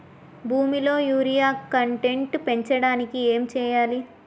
భూమిలో urea content పెంచడానికి ఏం చేయాలి?